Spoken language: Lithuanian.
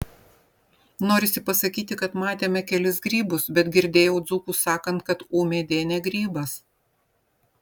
norisi pasakyti kad matėme kelis grybus bet girdėjau dzūkus sakant kad ūmėdė ne grybas